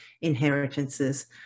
inheritances